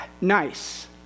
nice